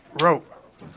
rope